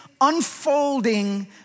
unfolding